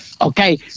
Okay